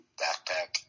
backpack